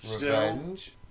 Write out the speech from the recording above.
Revenge